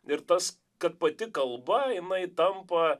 ir tas kad pati kalba jinai tampa